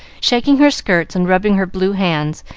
shaking her skirts and rubbing her blue hands,